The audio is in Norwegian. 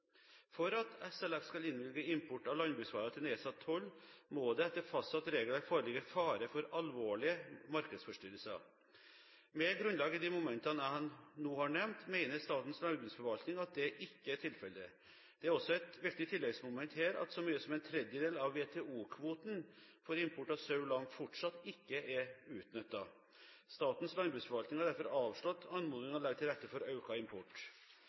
For at SLF skal innvilge import av landbruksvarer til nedsatt toll, må det etter fastsatt regelverk foreligge fare for alvorlige markedsforstyrrelser. Med grunnlag i de momentene jeg nå har nevnt, mener Statens landbruksforvaltning at det ikke er tilfellet. Det er også et viktig tilleggsmoment her at så mye som en tredjedel av WTO-kvoten for import av sau/lam fortsatt ikke er utnyttet. Statens landbruksforvaltning har derfor avslått anmodningen om å legge til rette for økt import.